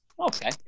Okay